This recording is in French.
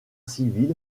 civil